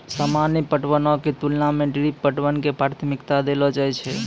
सामान्य पटवनो के तुलना मे ड्रिप पटवन के प्राथमिकता देलो जाय छै